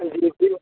जी जी